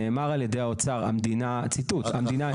נאמר על ידי האוצר, ציטוט: "המדינה היא